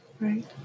right